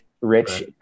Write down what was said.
rich